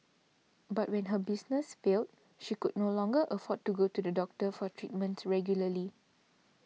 but when her business failed she could no longer afford to go to the doctor for treatments regularly